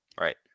right